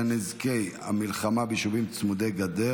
עידוד עסקים קטנים ובינוניים בשליטת משרתי המילואים),